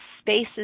spaces